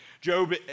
Job